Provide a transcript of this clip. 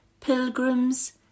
Pilgrims